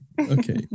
okay